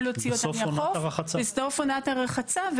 או להוציא אותם מהחוף בסוף עונת הרחצה,